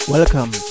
Welcome